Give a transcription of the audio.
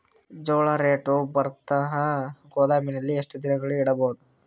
ಜೋಳ ರೇಟು ಬರತಂಕ ಗೋದಾಮಿನಲ್ಲಿ ಎಷ್ಟು ದಿನಗಳು ಯಿಡಬಹುದು?